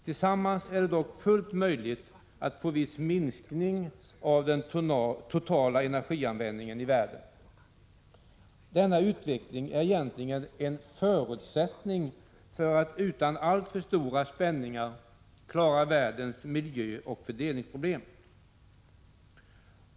Tillsammans är det dock fullt möjligt att få viss minskning av den totala energianvändningen i världen. Denna utveckling är egentligen en förutsättning för att utan alltför stora spänningar klara världens miljöoch fördelningsproblem.